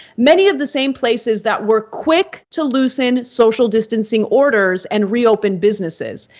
many of the same places that were quick to loosen social distancing orders and reopen businesses.